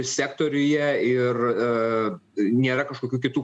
sektoriuje ir nėra kažkokių kitų